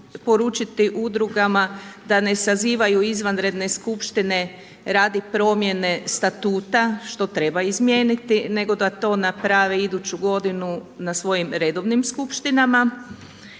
poručiti udrugama da ne sazivaju izvanredne skupštine radi promjene statuta, što treba izmijeniti nego da to napravi iduću godinu na svojim redovnim skupština